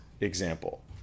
example